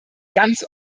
ganz